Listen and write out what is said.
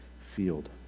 field